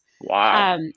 Wow